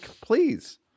please